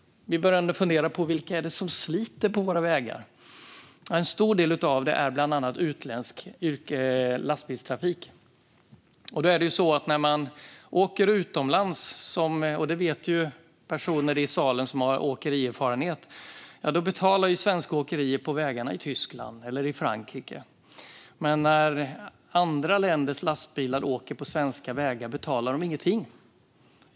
Vi bör ändå fundera på vilka det är som sliter på våra vägar. En stor del handlar om utländsk lastbilstrafik. När svenska lastbilar åker på vägarna i Tyskland eller i Frankrike - detta vet personer i salen som har åkerierfarenhet - betalar svenska åkerier. Men när andra länders lastbilar åker på svenska vägar betalar de ingenting.